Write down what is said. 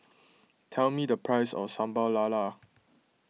tell me the price of Sambal Lala